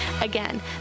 Again